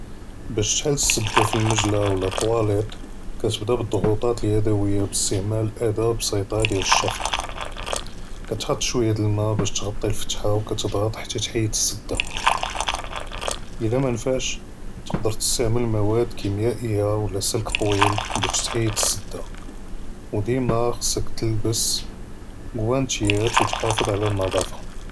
באש תח'לסד פלאמג'לא ולא טואלאת, כתבּדא בּאלדּעְטוּאת אלידוִיה באסתעמאל אִדא בּסיטה דיאל אלשַׁפט, כתח'ט שויה דיאל אלמא באש תעְטִי אלפתחה וכתדּעְט חתא תחיד אלסדּה, ולא מאנפעש, תקדר תסתעמל מוואד כִּימיאִיה ולא סלכּ טוִיל באש תחיד אלסדּה, ודִימָה חצכ תלבס, גוואנתיַאת ותחאפס עלא אלנּדאפה.